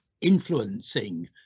influencing